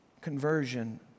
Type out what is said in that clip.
Conversion